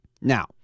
Now